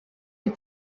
est